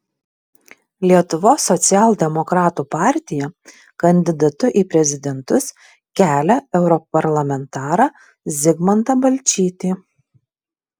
lietuvos socialdemokratų partija kandidatu į prezidentus kelia europarlamentarą zigmantą balčytį